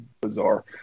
Bizarre